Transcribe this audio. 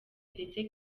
ndetse